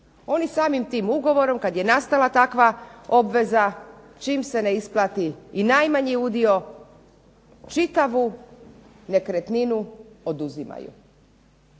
Oni samim tim ugovorom kada je nastala takva obveza čim se ne isplati i najmanji udio čitavu nekretninu oduzimaju.